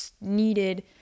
needed